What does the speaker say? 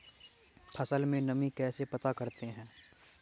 फसल में नमी कैसे पता करते हैं?